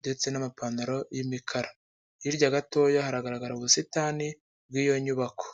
ndetse n'amapantaro y'imikara, hirya gatoya hagaragara ubusitani bw'iyo nyubako.